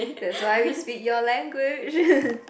that's why we speak your language